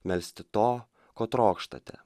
melsti to ko trokštate